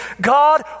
God